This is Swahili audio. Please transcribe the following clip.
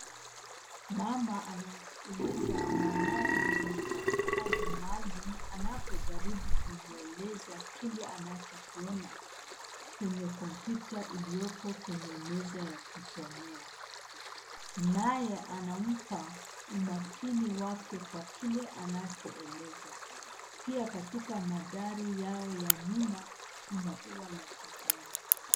Mama anamskiliza mwanawe mwenye mahitaji maalum anapojaribu kumweleza kile anachokiona kwenye kompyuta iliyoko kwenye meza ya kusomea. Naye anampa umakini wake kwa kile anachoeleza. Pia katika mandhari yao ya nyuma kuna ua la kijani.